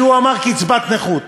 כי הוא אמר: קצבת נכות.